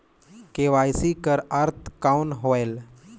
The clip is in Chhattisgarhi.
के.वाई.सी कर अर्थ कौन होएल?